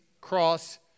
cross